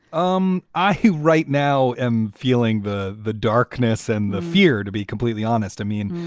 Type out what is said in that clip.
um i who right now am feeling the the darkness and the fear, to be completely honest. i mean,